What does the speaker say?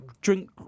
drink